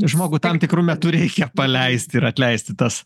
žmogų tam tikru metu reikia paleist ir atleisti tas